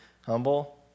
humble